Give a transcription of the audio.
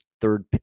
third